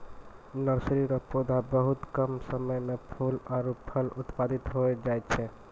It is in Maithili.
नर्सरी रो पौधा बहुत कम समय मे फूल आरु फल उत्पादित होय जाय छै